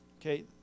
Okay